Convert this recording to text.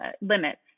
limits